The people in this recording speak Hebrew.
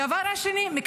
זה קיים בחוק.